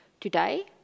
today